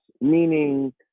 meaning